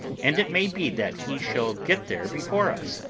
and it may be that he shall get there before us.